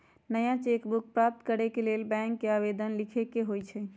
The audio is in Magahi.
नया चेक बुक प्राप्त करेके लेल बैंक के आवेदन लीखे के होइ छइ